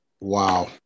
Wow